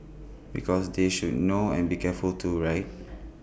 because they should know and be careful too right